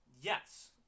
Yes